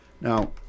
Now